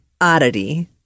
oddity